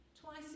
twice